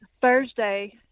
Thursday